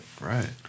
right